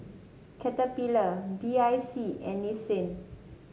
Caterpillar B I C and Nissin